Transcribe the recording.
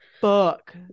fuck